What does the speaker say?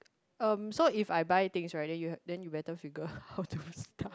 um so if I buy things right then you then you better figure how to stuff